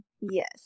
yes